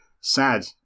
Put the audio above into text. sad